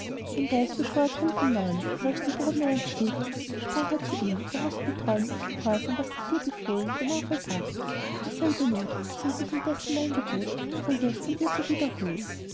den geist beschwor er drum von neuem und als dem boden er entstieg sprach er zu ihm du hast mit treuem gehorsam was ich dir befohlen genau vollbracht dieselbe not zwingt mich indessen mein gebot von gestern dir zu wiederholen